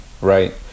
right